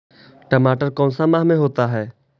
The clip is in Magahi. टमाटर कौन सा माह में होता है?